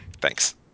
Thanks